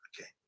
okay